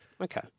Okay